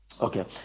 Okay